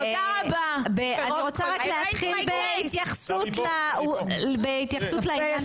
פשוט עברתי על מצע הליכוד וראיתי כמה דיברתם על העיוותים